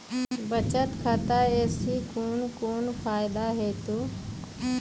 बचत खाता सऽ कून कून फायदा हेतु?